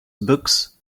books